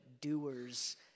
doers